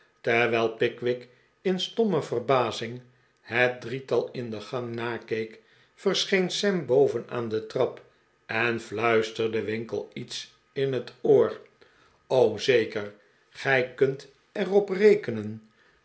terwijl pickwick in stomme verbazing het drietal in de gang nakeek verscheen sam boven aan de trap en fluisterde winkle iets in het oor zeker gij kunt er op rekenen